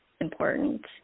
important